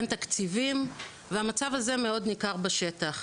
אין תקציבים והמצב הזה מאוד ניכר בשטח.